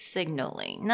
Signaling